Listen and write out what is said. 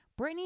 Britney